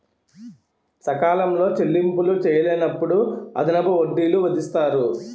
సకాలంలో చెల్లింపులు చేయలేనప్పుడు అదనపు వడ్డీలు విధిస్తారు